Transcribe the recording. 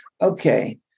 okay